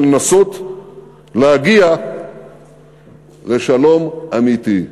ולנסות להגיע לשלום אמיתי.